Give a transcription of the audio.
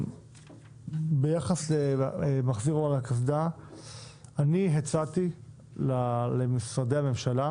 ביחס למחזיר אור על הקסדה אני הצעתי למשרדי הממשלה